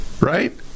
right